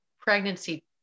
pregnancy